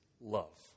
love